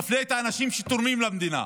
מפלה את האנשים שתורמים למדינה.